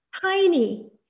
Tiny